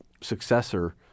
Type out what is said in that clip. successor